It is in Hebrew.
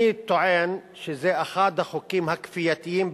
אני טוען שזה אחד החוקים הכפייתיים ביותר,